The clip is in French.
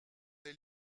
est